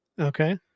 Okay